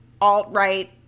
alt-right